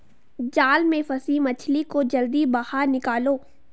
जाल में फसी मछली को जल्दी बाहर निकालो